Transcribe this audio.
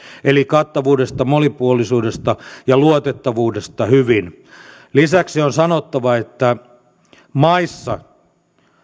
eli kattavuudesta monipuolisuudesta ja luotettavuudesta hyvin lisäksi on sanottava että maissa